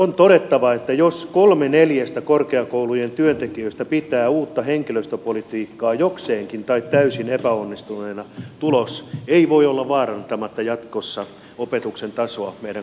on todettava että jos kolme neljästä korkeakoulun työntekijästä pitää uutta henkilöstöpolitiikkaa jokseenkin tai täysin epäonnistuneena tulos ei voi olla vaarantamatta jatkossa opetuksen tasoa meidän korkeakouluissamme